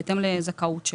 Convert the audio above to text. בהתאם לזכאות שלו.